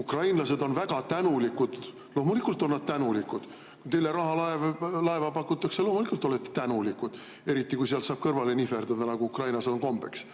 "Ukrainlased on väga tänulikud." Loomulikult on nad tänulikud. Kui teile rahalaeva pakutakse, loomulikult olete tänulikud, eriti kui sealt saab kõrvale nihverdada, nagu Ukrainas on kombeks.